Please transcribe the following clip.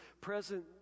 present